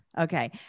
Okay